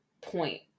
point